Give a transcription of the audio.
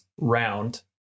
round